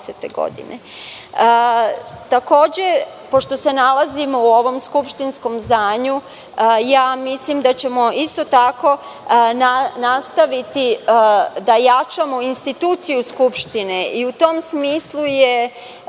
godine. Takođe, pošto se nalazimo u ovom skupštinskom zdanju, mislim da ćemo isto tako nastaviti da jačamo institucije Skupštine i u tom smislu je